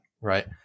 right